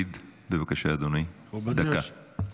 אדוני, דקה.